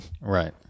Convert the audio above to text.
Right